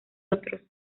otros